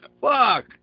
Fuck